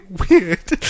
weird